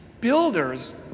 builders